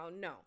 no